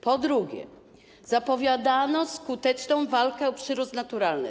Po drugie, zapowiadano skuteczną walkę o przyrost naturalny.